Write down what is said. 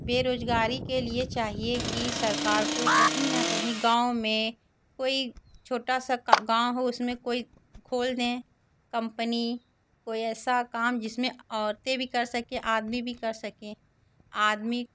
बेरोजगारी के लिए चाहिए कि सरकार को कहीं ना कहीं गाँव में कोई छोटा स गाँव हो उसमें कोई खोल दें कंपनी कोई ऐसा काम जिसमें औरतें भी कर सकें आदमी भी कर सकें आदमी